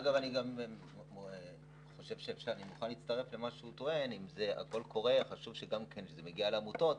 אומר גם מימיי כיו"ר ועדת קורונה וגם בדיונים פה בוועדה,